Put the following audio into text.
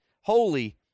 holy